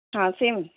Qasim